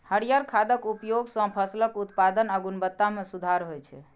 हरियर खादक उपयोग सं फसलक उत्पादन आ गुणवत्ता मे सुधार होइ छै